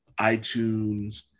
iTunes